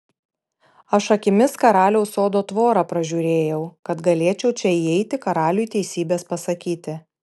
aš akimis karaliaus sodo tvorą pražiūrėjau kad galėčiau čia įeiti karaliui teisybės pasakyti